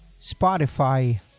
Spotify